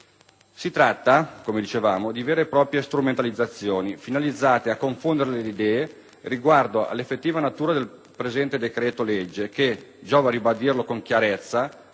Si tratta, come dicevamo, di vere e proprie strumentalizzazioni, finalizzate a confondere le idee riguardo all'effettiva natura del presente decreto-legge che - giova ribadirlo con chiarezza